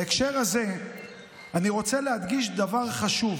בהקשר הזה אני רוצה להדגיש דבר חשוב: